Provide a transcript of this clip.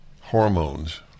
hormones